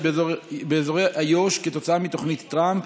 באזורי איו"ש כתוצאה מתוכנית טראמפ.